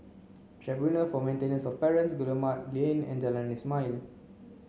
Tribunal for Maintenance of Parents Guillemard Lane and Jalan Ismail